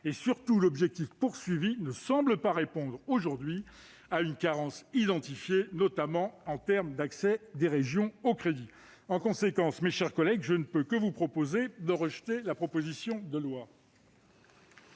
et, surtout, l'objectif visé ne semble pas répondre aujourd'hui à une carence identifiée, notamment en termes d'accès des régions au crédit. En conséquence, mes chers collègues, je vous propose de rejeter cette proposition de loi.